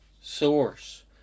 Source